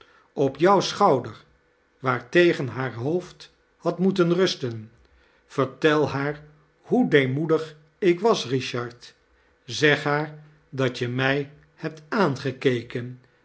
op jou schoudeir waarbegea haar hoofd had moetenrusten vertel haar hoe deemoedig ik was richard zeg haar dat je mij hetot aangekeken